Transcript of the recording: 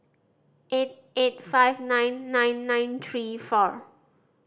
eight eight five nine nine nine three four